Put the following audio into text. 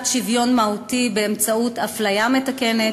שוויון מהותי באמצעות אפליה מתקנת,